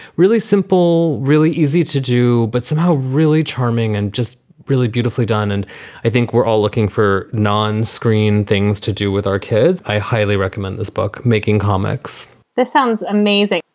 really simple, really easy to do, but somehow really charming and just really beautifully done. and i think we're all looking for non screen things to do with our kids. i highly recommend this book making comics this sounds amazing.